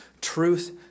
Truth